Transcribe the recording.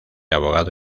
abogado